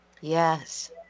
Yes